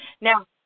Now